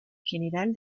general